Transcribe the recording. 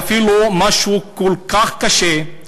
ואפילו משהו כל כך קשה,